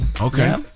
Okay